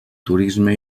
turisme